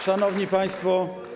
Szanowni Państwo!